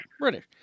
British